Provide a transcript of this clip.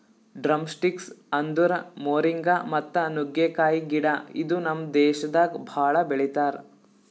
drumsticks ಅಂದುರ್ moringa ಮತ್ತ ನುಗ್ಗೆಕಾಯಿ ಗಿಡ ಇದು ನಮ್ ದೇಶದಾಗ್ ಭಾಳ ಬೆಳಿತಾರ್